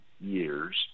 years